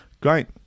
Great